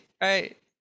right